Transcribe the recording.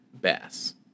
bass